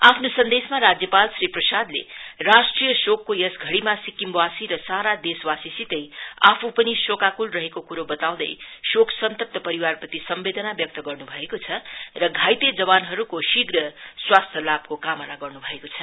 आफ्नो सन्देशमा राज्यपाल श्री प्रसादले राष्ट्रिय शोकको यस घड़ीमा सिक्किमवासी र सारा देशवासी सितै आफू पनि शोकाकुल रहेको कुरो बताउँदै शोक सन्तात परिवारप्रति समवेदना व्यक्त गर्नु भएको छ र घाइते जवानहरुको शूघ्र स्वास्थ्या लाभको कामना गर्नु भएको छ